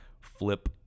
flip